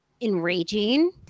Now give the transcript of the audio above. enraging